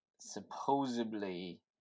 supposedly